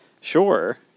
Sure